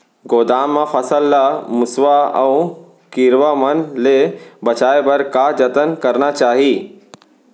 गोदाम मा फसल ला मुसवा अऊ कीरवा मन ले बचाये बर का जतन करना चाही?